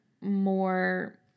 more